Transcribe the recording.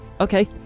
Okay